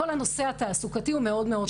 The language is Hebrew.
כל הנושא התעסוקתי מאוד חזק.